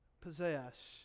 possess